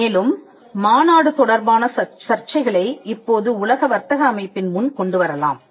மேலும் மாநாடு தொடர்பான சர்ச்சைகளை இப்போது உலக வர்த்தக அமைப்பின் முன் கொண்டுவரலாம்